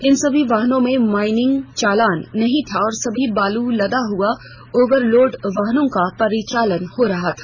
इन सभी वाहनों में माइनिंग चालान नहीं था और सभी बालू लदा हुआ ओवरलोड वाहनों का परिचालन हो रहा था